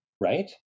right